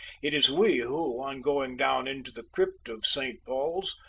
it is we who, on going down into the crypt of st. paul's,